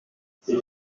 c’est